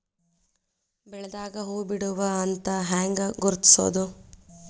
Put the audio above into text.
ಬೆಳಿದಾಗ ಹೂ ಬಿಡುವ ಹಂತ ಹ್ಯಾಂಗ್ ಗುರುತಿಸೋದು?